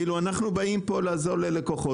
כאילו אנחנו באים פה לעזור ללקוחות